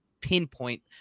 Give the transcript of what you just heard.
pinpoint